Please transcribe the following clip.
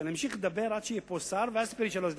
שאמשיך לדבר עד שיהיה פה שר ואז תספרי שלוש דקות.